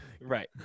Right